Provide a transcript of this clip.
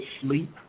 sleep